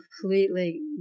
completely